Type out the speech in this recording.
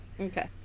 Okay